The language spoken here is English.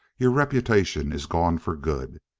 your reputation is gone for good.